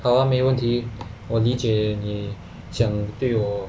好啊没问题我理解你想对我